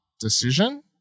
decision